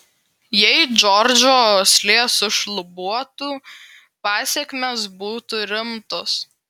jei džordžo uoslė sušlubuotų pasekmės būtų rimtos